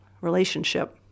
relationship